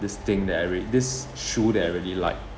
this thing that I rea~ this shoe that I really like